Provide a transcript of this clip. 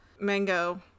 mango